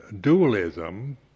dualism